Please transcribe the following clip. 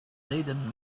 reden